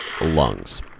lungs